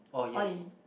oh yes